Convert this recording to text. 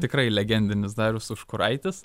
tikrai legendinis darius užkuraitis